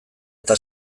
eta